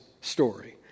story